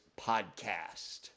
podcast